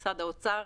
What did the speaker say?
משרד האוצר.